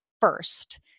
first